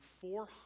four